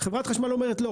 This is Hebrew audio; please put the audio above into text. חברת החשמל אומרת לא,